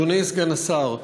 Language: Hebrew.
אדוני סגן השר,